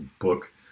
book